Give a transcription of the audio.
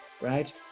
right